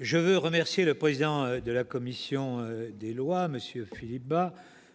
Je veux saluer le président de la commission des lois, M. Philippe Bas,